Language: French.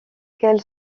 qu’elle